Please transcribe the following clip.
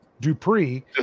Dupree